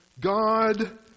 God